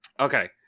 Okay